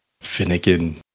Finnegan